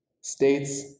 states